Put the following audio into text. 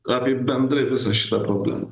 apie bendrai visą šitą problemą